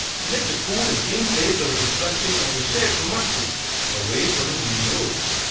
select a cool and clean place for the construction of the shed for mushroom away from the busy roads.